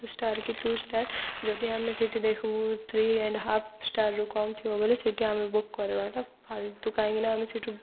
star କି two star ଯଦି ଆମେ ସେଠି ଦେଖିବୁ ଥ୍ରୀ ଆଣ୍ଡ ହାଫ୍ ଷ୍ଟାର୍ରୁ କମ୍ ଥିବ ବୋଇଲେ ସେଠି ଆମେ ବୁକ୍ କରିବାଟା ଫାଲତୁ କାହିଁକିନା ଆମେ ସେଠୁ